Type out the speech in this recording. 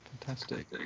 fantastic